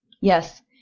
Yes